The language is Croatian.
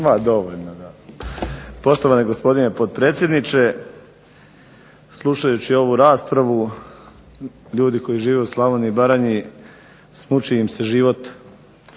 Dinko (HDSSB)** Poštovani gospodine potpredsjedniče. Slušajući ovu raspravu ljudi koji žive u Slavoniji i Baranji smuči im se život.